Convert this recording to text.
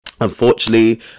Unfortunately